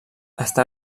està